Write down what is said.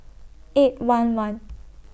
eight one one